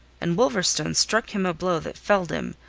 and wolverstone struck him a blow that felled him,